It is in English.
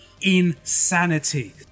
insanity